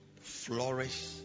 flourish